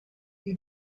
you